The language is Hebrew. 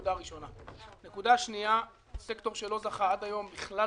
נקודה שנייה נוגעת לסקטור שלא זכה עד היום בכלל